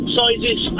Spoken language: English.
sizes